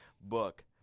book